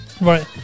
Right